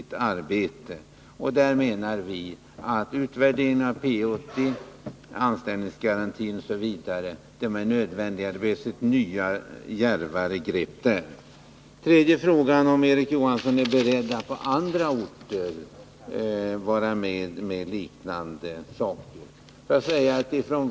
Vi menar att det är nödvändigt att utvärdera P 80, anställningsgarantin osv. Det behövs nya djärvare grepp. Så var det den tredje punkten. Är Erik Johansson beredd att varamedom Nr 155 liknande saker på andra orter? frågar Sten Svensson.